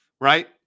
right